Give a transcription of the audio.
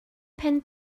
pen